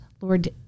Lord